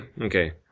Okay